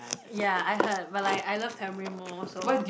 ya I heard but like I love tamarind more so